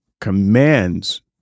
commands